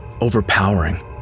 overpowering